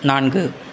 நான்கு